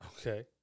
Okay